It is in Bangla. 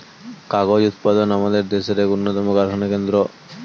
কাগজ উৎপাদন আমাদের দেশের এক উন্নতম কারখানা কেন্দ্র